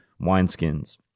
wineskins